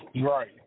Right